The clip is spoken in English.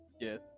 Yes